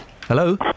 Hello